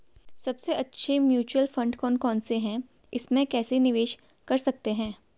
सबसे अच्छे mutual fund कौन कौनसे हैं इसमें कैसे निवेश कर सकते हैं?